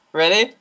ready